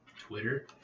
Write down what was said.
twitter